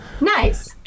nice